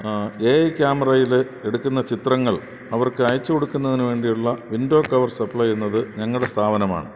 A I ക്യാമറയിൽ എടുക്കുന്ന ചിത്രങ്ങൾ അവർക്ക് അയച്ചു കൊടുക്കുന്നതിനുവേണ്ടിയുള്ള വിൻഡോ കവർ സപ്ലൈ ചെയ്യുന്നത് ഞങ്ങളുടെ സ്ഥാപനമാണ്